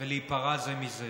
ולהיפרע זה מזה.